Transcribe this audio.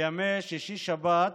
בימי שישי-שבת,